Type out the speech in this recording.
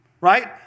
right